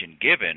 given